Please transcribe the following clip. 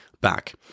back